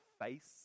face